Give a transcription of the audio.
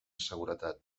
seguretat